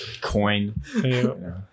Coin